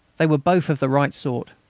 they were both of the right sort.